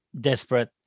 desperate